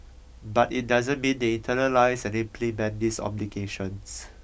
but it doesn't mean they internalise and implement these obligations